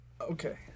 Okay